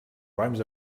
rhymes